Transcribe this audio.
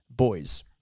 boys